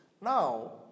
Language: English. Now